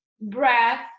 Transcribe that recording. Breath